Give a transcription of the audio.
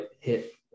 hit